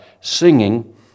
singing